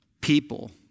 people